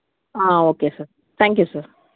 okay sir thank you sir